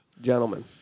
Gentlemen